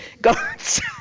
Guards